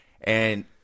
and-